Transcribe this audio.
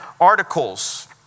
articles